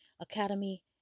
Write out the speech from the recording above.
Academy